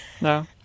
No